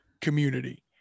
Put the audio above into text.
community